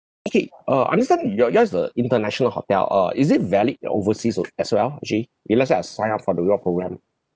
okay uh understand you're yours is a international hotel uh is it valid overseas al~ as well actually okay let's say I sign up for the reward program